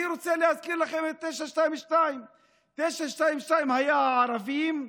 אני רוצה להזכיר לכם את 922. 922 הייתה לערבים,